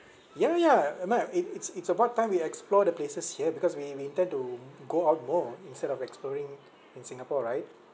ya ya uh my it it's it's about time we explore the places here because we we tend to go out more instead of exploring in singapore right